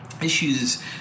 issues